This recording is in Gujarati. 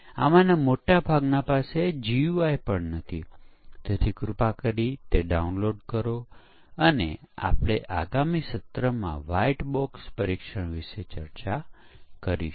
આપણે અહીં જ રોકાઈશું અને આપણે આ વાત આગળના સત્રમાં ચાલુ રાખીશું